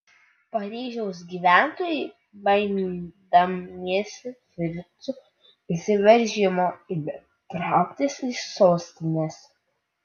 paryžiaus gyventojai baimindamiesi fricų įsiveržimo ėmė trauktis iš sostinės